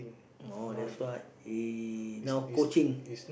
oh that's why he now coaching